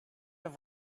have